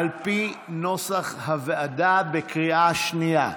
על פי נוסח הוועדה, בקריאה שנייה.